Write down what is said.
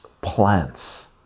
plants